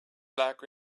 black